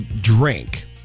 drink